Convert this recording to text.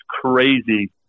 crazy